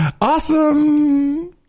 Awesome